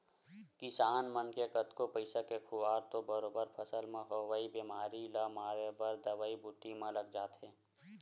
किसान मन के कतको पइसा के खुवार तो बरोबर फसल म होवई बेमारी ल मारे बर दवई बूटी म लग जाथे